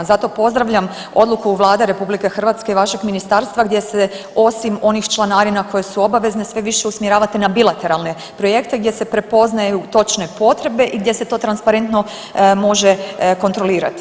Zato pozdravljam odluku Vlade RH i vašeg ministarstva gdje se osim onih članarina koje su obavezne sve više usmjeravate na bilateralne projekte gdje se prepoznaju točne potrebe i gdje se to transparentno može kontrolirati.